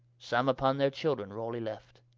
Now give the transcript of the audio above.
some vpon their children rawly left